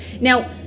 Now